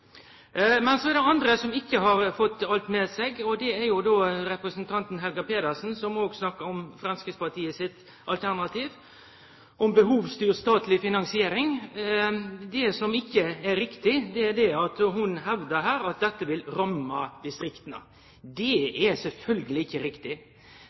det andre som ikkje har fått med seg alt. Representanten Helga Pedersen snakkar òg om Framstegspartiet sitt alternativ når det gjeld behovsstyrt statleg finansiering. Det som ikkje er riktig, er det ho hevdar om at dette vil ramme distrikta. Det er sjølvsagt ikkje riktig.